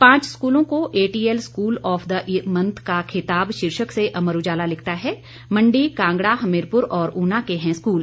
पांच स्कूलों को ATL school of the month का खिताब शीर्षक से अमर उजाला लिखता है मंडी कांगड़ा हमीरपुर और ऊना के हैं स्कूल